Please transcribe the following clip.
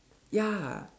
ya